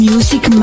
Music